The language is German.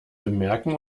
bemerken